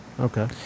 Okay